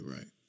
Right